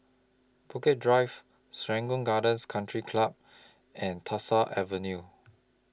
Bukit Drive Serangoon Gardens Country Club and Tyersall Avenue